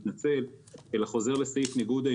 אני מתנצל שאולי פשוט עשיתי חישוב לא נכון.